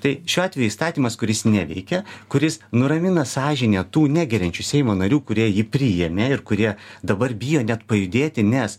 tai šiuo atveju įstatymas kuris neveikia kuris nuramina sąžinę tų negeriančių seimo narių kurie jį priėmė ir kurie dabar bijo net pajudėti nes